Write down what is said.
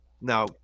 Now